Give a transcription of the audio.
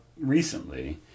recently